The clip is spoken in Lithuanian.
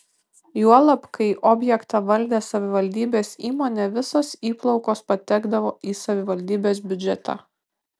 juolab kai objektą valdė savivaldybės įmonė visos įplaukos patekdavo į savivaldybės biudžetą